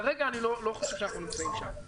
כרגע אני לא חושב שאנחנו נמצאים שם,